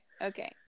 Okay